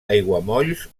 aiguamolls